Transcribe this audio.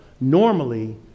normally